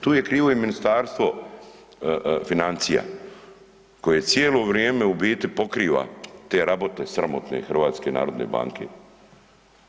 Tu je krivo i Ministarstvo financija koje cijelo vrijeme u biti pokriva te rabote sramotne HNB-a.